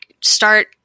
start